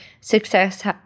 success